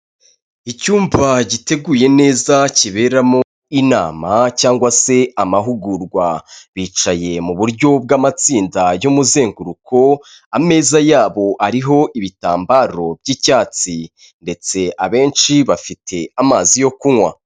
Icyumba giteguye neza kiberamo inama cyangwa se amahugurwa, bicaye mu buryo bw'amatsinda y muzenguruko, ameza yabo ariho ibitambaro by'icyatsi ndetse abenshi bafite amazi yo kunywa.